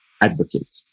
advocate